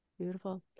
Beautiful